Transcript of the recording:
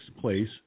place